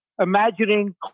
imagining